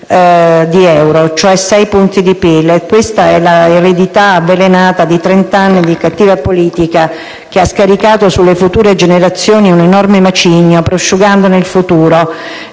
di euro, cioè 6 punti di PIL. Questa è l'eredità avvelenata di trent'anni di cattiva politica, che ha scaricato sulle future generazioni un enorme macigno, prosciugandone il futuro.